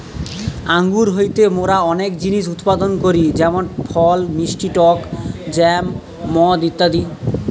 আঙ্গুর হইতে মোরা অনেক জিনিস উৎপাদন করি যেমন ফল, মিষ্টি টক জ্যাম, মদ ইত্যাদি